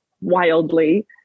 wildly